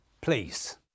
please